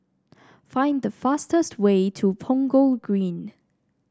find the fastest way to Punggol Green